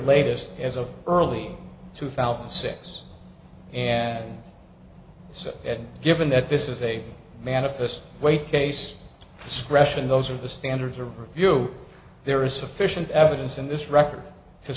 latest as of early two thousand and six and so given that this is a manifest weight case discretion those are the standards of review there is sufficient evidence in this record to